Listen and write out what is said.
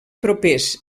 propers